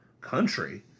country